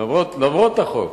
למרות החוק.